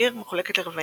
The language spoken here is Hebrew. עיר מחולקת לרבעים,